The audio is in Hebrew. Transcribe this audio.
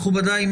מכובדיי,